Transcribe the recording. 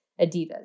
Adidas